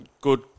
good